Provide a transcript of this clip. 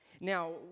Now